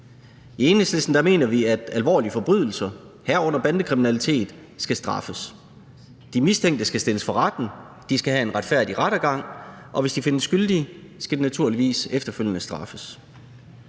I Enhedslisten mener vi, at alvorlige forbrydelser, herunder bandekriminalitet, skal straffes. De mistænkte skal stilles for retten, de skal have en retfærdig rettergang, og hvis de findes skyldige, skal de naturligvis straffes